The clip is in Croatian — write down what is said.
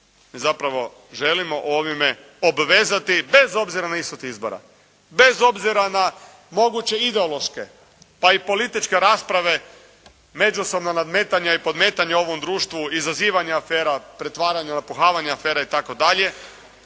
zapravo želimo ovime obvezati bez obzira na ishod izbora, bez obzira na moguće ideološke pa i političke rasprave, međusobna nadmetanja i podmetanja u ovom društvu, izazivanja afera, pretvaranja, napuhavanja afera itd..,